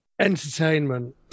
Entertainment